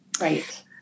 right